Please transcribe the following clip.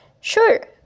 Sure